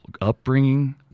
upbringing